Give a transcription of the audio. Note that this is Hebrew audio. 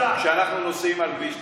כשאנחנו נוסעים על כביש 90,